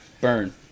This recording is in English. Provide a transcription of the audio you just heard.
Burn